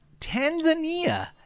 Tanzania